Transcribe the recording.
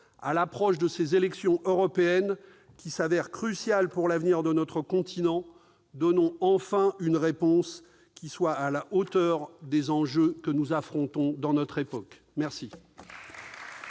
À l'approche de ces élections européennes, qui se révèlent cruciales pour l'avenir de notre continent, donnons enfin une réponse qui soit à la hauteur des enjeux que nous affrontons dans notre époque. La